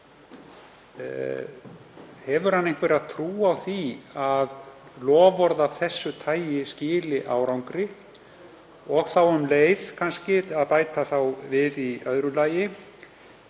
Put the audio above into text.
Hefur hann einhverja trú á því að loforð af þessu tagi skili árangri? Og þá um leið kannski að bæta við í öðru lagi: